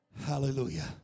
Hallelujah